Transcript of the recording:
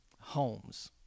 Homes